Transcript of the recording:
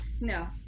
No